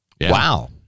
Wow